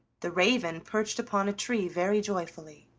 the raven perched upon a tree very joyfully.